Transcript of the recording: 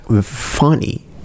funny